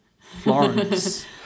Florence